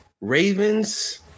Ravens